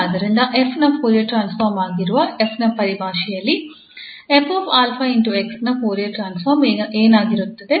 ಆದ್ದರಿಂದ 𝑓 ನ Fourier transform ಆಗಿರುವ 𝑓 ನ ಪರಿಭಾಷೆಯಲ್ಲಿ 𝑓𝑎𝑥 ನ ಫೋರಿಯರ್ ಟ್ರಾನ್ಸ್ಫಾರ್ಮ್ ಏನಾಗಿರುತ್ತದೆ